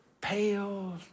pale